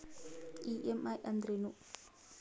EMI ಅಂದ್ರೇನು?